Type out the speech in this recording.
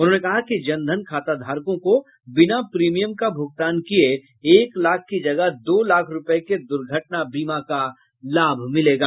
उन्होंने कहा कि जन धन खाताधारकों को बिना प्रीमियम का भ्रगतान किये एक लाख की जगह दो लाख रूपये के दुर्घटना बीमा का लाभ मिलेगा